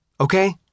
okay